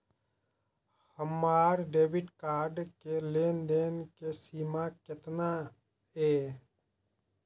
हमार debit card के लेन देन के सीमा केतना ये?